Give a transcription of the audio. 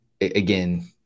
again